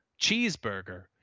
cheeseburger